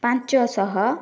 ପାଞ୍ଚ ଶହ